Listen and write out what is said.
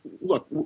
look